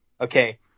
Okay